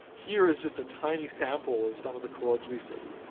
here is just a tiny sample of some of the chords we see.